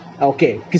okay